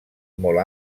molt